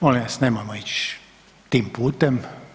Molim vas nemojmo ići tim putem.